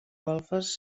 golfes